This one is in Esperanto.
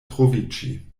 troviĝi